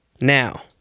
now